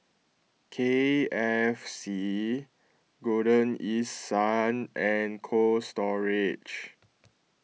K F C Golden East Sun and Cold Storage